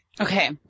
Okay